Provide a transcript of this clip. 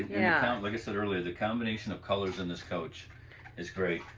yeah. like i said earlier, the combination of colors in this coach is great.